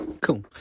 cool